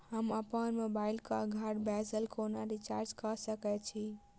हम अप्पन मोबाइल कऽ घर बैसल कोना रिचार्ज कऽ सकय छी?